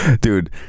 Dude